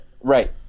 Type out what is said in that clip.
Right